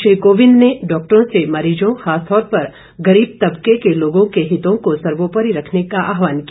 श्री कोविंद ने डॉक्टरों से मरीजों खासतौर पर गरीब तबके के लोगों के हितों को सर्वोपरि रखने का आहवान किया